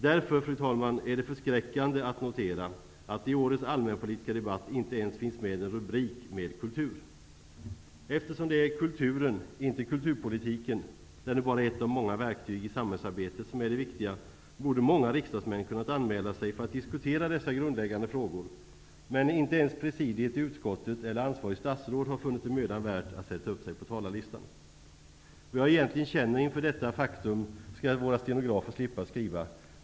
Därför, fru talman, är det förskräckande att notera att det i årets allmänpolitiska debatt inte ens finns med en rubrik med KULTUR. Eftersom det är kulturen -- inte kulturpolitiken, den är bara ett av många verktyg i samhällsarbetet -- som är det viktiga, borde många riksdagsmän ha kunnat anmäla sig för att diskutera dessa grundläggande frågor, men inte ens presidiet i utskottet eller ansvarigt statsråd har funnit det mödan värt att sätta upp sig på talarlistan. Vad jag egentligen känner inför detta faktum skall våra stenografer slippa att skriva.